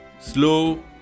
slow